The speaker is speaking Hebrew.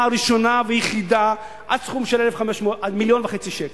ראשונה ויחידה עד סכום של 1.5 מיליון שקל.